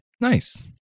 Nice